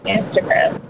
Instagram